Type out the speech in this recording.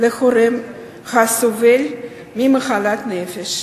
להורה הסובל ממחלת נפש,